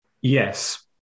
Yes